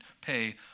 pay